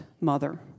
mother